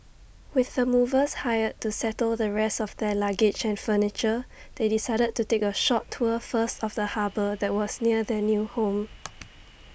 with the movers hired to settle the rest of their luggage and furniture they decided to take A short tour first of the harbour that was near their new home